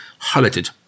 highlighted